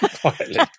quietly